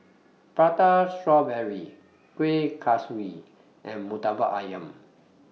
Prata Strawberry Kuih Kaswi and Murtabak Ayam